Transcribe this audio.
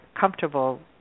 comfortable